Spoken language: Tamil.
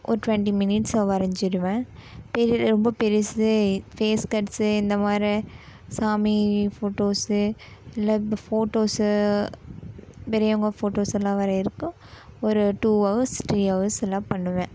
ஒரு டூவென்ட்டி மினிட்ஸ்ல வரைஞ்சிருவேன் பெ ரொம்ப பெருசு ஃபேஸ் கட்ஸ் இந்த மாதிரி சாமி ஃபோட்டோஸ் இல்லை ஃபோட்டோஸ் பெரியவங்க ஃபோட்டோஸ் எல்லாம் வரையறதுக்கு ஒரு டூ ஹவர்ஸ் த்ரீ ஹவர்ஸ் எல்லா பண்ணுவேன்